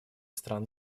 стран